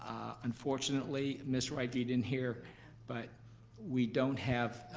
unfortunately, miss wright, you didn't hear but we don't have